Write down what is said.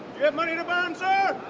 you have money to burn, sir?